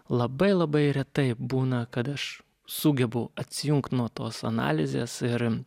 labai labai retai būna kad aš sugebu atsijungt nuo tos analizės ir